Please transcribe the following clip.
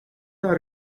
are